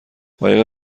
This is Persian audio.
قایق